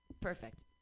perfect